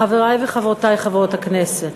חברי וחברותי חברות הכנסת,